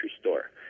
store